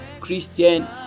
christian